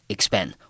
Expand